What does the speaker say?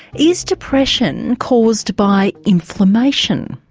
is depression caused by inflammation?